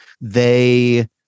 They-